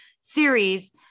series